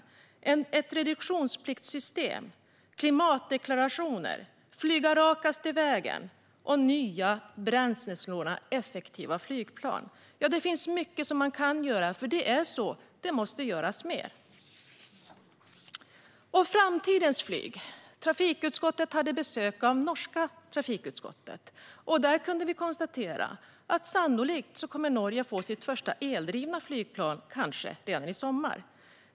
Det handlar även om ett reduktionspliktsystem, om klimatdeklarationer, om att flyga rakaste vägen och om nya, bränslesnåla, effektiva flygplan. Det finns mycket som man kan göra, och det måste göras mer. Vad gäller framtidens flyg hade trafikutskottet besök av det norska trafikutskottet. Då kunde vi konstatera att Norge sannolikt kommer att få sitt första eldrivna flygplan, kanske redan i sommar.